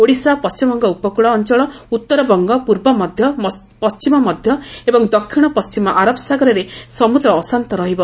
ଓଡ଼ିଶା ପଣ୍ଟିମବଙ୍ଗ ଉପକୃଳ ଅଞ୍ଚଳ ଉତ୍ତରବଙ୍ଗ ପୂର୍ବ ମଧ୍ୟ ପଣ୍ଢିମ ମଧ୍ୟ ଏବଂ ଦକ୍ଷିଣ ପଣ୍ଢିମ ଆରବ ସାଗରରେ ସମୁଦ୍ର ଅଶାନ୍ତ ରହିବ